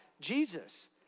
Jesus